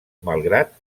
malgrat